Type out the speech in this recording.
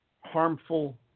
harmful